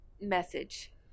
message